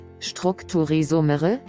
Strukturisomere